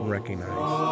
Recognize